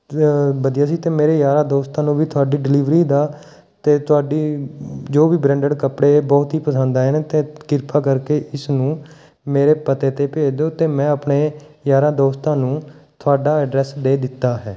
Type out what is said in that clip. ਵਧੀਆ ਸੀ ਅਤੇ ਮੇਰੇ ਯਾਰਾਂ ਦੋਸਤਾਂ ਨੂੰ ਵੀ ਤੁਹਾਡੀ ਡਿਲੀਵਰੀ ਦਾ ਅਤੇ ਤੁਹਾਡੀ ਜੋ ਵੀ ਬਰੈਂਡਡ ਕੱਪੜੇ ਬਹੁਤ ਹੀ ਪਸੰਦ ਆਏ ਨੇ ਅਤੇ ਕਿਰਪਾ ਕਰਕੇ ਇਸ ਨੂੰ ਮੇਰੇ ਪਤੇ 'ਤੇੇ ਭੇਜ ਦਿਓ ਅਤੇ ਮੈਂ ਆਪਣੇ ਯਾਰਾਂ ਦੋਸਤਾਂ ਨੂੰ ਤੁਹਾਡਾ ਐਡਰੈੱਸ ਦੇ ਦਿੱਤਾ ਹੈ